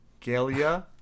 Galia